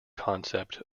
concept